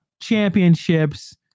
championships